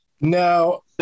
No